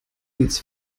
jetzt